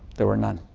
there were none.